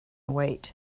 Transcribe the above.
wait